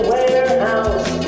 Warehouse